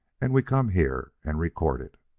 and we come here and recorded.